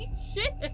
shit.